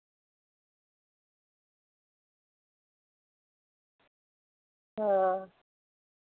हां